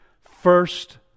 first